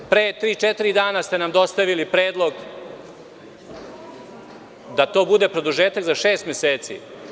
Pre tri – četiri dana ste nam dostavili predlog da to bude produžetak za šest meseci.